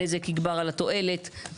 הנזק יגמר על התועלת,